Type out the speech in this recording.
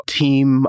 team